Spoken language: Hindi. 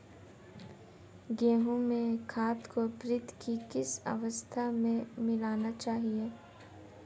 गेहूँ में खाद को वृद्धि की किस अवस्था में मिलाना चाहिए?